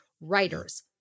Writers